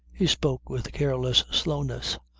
he spoke with careless slowness,